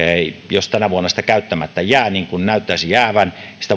jos tänä vuonna sitä käyttämättä jää niin kuin näyttäisi jäävän sitä